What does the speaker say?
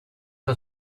was